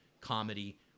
comedy